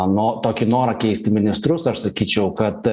ano tokį norą keisti ministrus aš sakyčiau kad